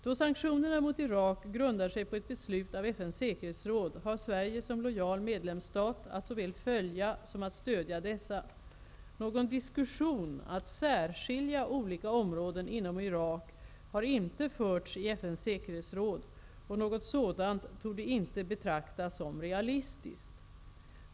Då sanktionerna mot Irak grundar sig på ett beslut av FN:s säkerhetsråd har Sverige som lojal medlemsstat att såväl följa som stödja dessa. Någon diskussion att särskilja olika områden inom Irak har inte förts i FN:s säkerhetsråd, och något sådant torde inte betraktas som realistiskt.